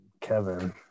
kevin